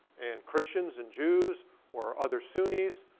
and christians and jews or other sunnis,